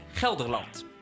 Gelderland